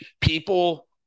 people